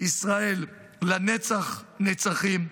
ישראל לנצח נצחים.